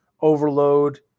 overload